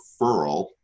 referral